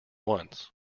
once